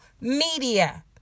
media